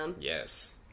Yes